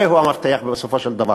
המורה הוא המפתח, בסופו של דבר.